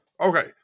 Okay